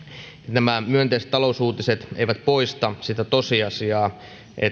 nämä myönteiset talousuutiset eivät poista sitä tosiasiaa että